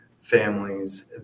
families